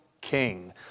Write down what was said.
King